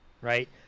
right